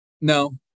No